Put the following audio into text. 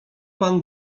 pan